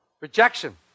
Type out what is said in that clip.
Rejection